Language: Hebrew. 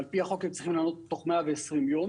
על פי החוק הם צריכים לענות תוך 120 יום